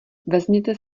vezměte